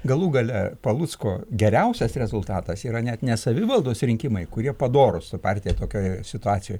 galų gale palucko geriausias rezultatas yra net ne savivaldos rinkimai kurie padorūs partija tokioje situacijoj